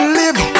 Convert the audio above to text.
live